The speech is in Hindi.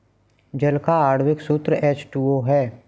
जल का आण्विक सूत्र एच टू ओ है